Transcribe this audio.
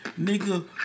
Nigga